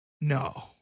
no